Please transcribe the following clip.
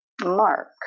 Mark